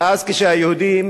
אדוני היושב-ראש,